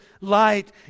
light